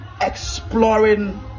exploring